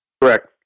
Correct